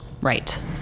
Right